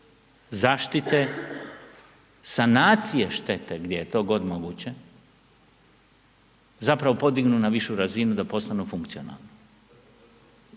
zaštite, sanacije štete gdje je to god moguće zapravo podignu na višu razinu da postanu funkcionalni.